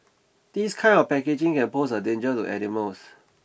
this kind of packaging can pose a danger to animals